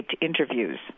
interviews